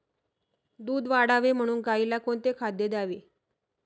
दूध वाढावे म्हणून गाईला कोणते खाद्य द्यावे?